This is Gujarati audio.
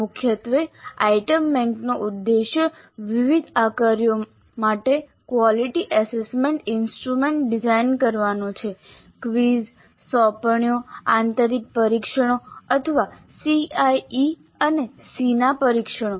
મુખ્યત્વે આઇટમ બેંકનો ઉદ્દેશ વિવિધ આકારણીઓ માટે ક્વોલિટી એસેસમેન્ટ ઇન્સ્ટ્રુમેન્ટ્સ ડિઝાઇન કરવાનો છે ક્વિઝ સોંપણીઓ આંતરિક પરીક્ષણો અથવા CIE અને SEE ના પરીક્ષણો